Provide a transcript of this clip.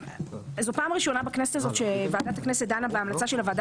זאת פעם ראשונה בכנסת הזאת שוועדת הכנסת דנה בהמלצה של הוועדה